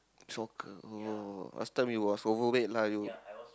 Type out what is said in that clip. soccer oh last time you was overweight lah you